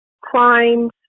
crimes